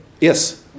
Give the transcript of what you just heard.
Yes